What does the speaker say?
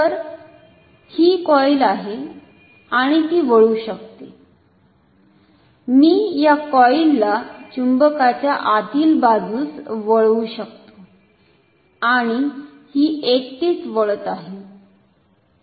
तर ही कॉईल आहे आणि ती वळू शकते मी या कॉईल ला चुंबकाच्या आतील बाजूस वळवू शकतो आणि ही एकटीच वळत आहे